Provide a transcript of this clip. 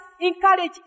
encourage